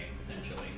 essentially